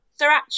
Sriracha